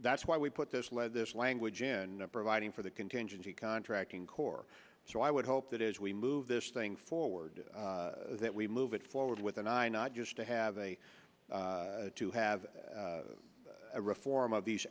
that's why we put this letter this language in providing for the contingency contracting core so i would hope that as we move this thing forward that we move it forward with an i not just to have a to have a reform of these